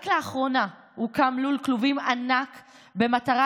רק לאחרונה הוקם לול כלובים ענק במטרה